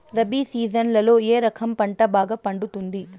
రబి సీజన్లలో ఏ రకం పంట బాగా పండుతుంది